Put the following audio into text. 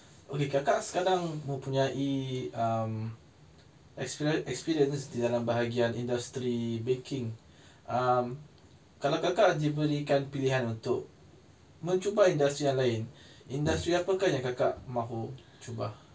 okay kakak sekarang mempunyai um experience experience di dalam bahagian industri baking um kalau kakak diberi pilihan untuk mencuba industry yang lain industri apakah yang kakak mahu cuba